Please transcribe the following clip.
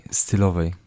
stylowej